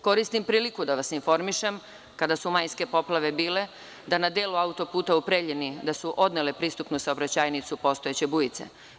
Koristim priliku da vas informišem kada su majske poplave bile, da na delu autoputa u Preljini, da su odnele pristupnu saobraćajnicu postojeće bujice.